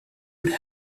would